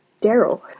Daryl